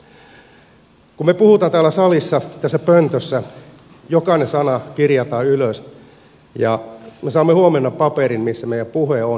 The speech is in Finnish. kun me puhumme täällä salissa tässä pöntössä jokainen sana kirjataan ylös ja me saamme huomenna paperin missä meidän puheemme on